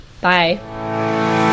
Bye